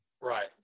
Right